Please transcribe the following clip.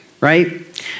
right